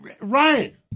Ryan